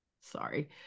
sorry